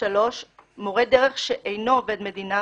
מורה דרך שאינו עובד המדינה,